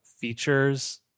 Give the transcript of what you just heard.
features